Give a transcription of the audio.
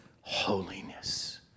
holiness